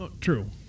True